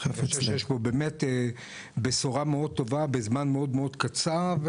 אני חושב שיש פה באמת בשורה מאוד טובה בזמן מאוד מאוד קצר,